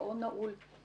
מעון נעול.